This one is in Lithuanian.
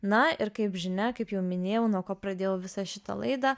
na ir kaip žinia kaip jau minėjau nuo ko pradėjau visą šitą laidą